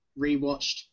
rewatched